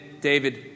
David